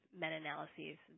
meta-analyses